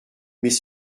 mais